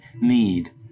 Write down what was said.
need